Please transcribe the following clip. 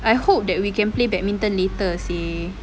I hope that we can play badminton later seh